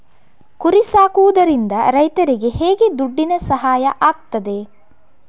ಕುರಿ ಸಾಕುವುದರಿಂದ ರೈತರಿಗೆ ಹೇಗೆ ದುಡ್ಡಿನ ಸಹಾಯ ಆಗ್ತದೆ?